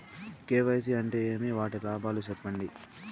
KYC అంటే ఏమి? వాటి లాభాలు సెప్పండి?